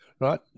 Right